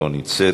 לא נמצאת,